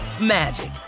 magic